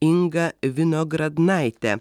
inga vinogradnaitė